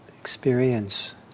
experience